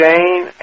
Jane